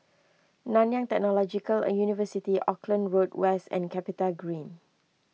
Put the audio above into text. Nanyang Technological University Auckland Road West and CapitaGreen